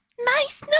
nice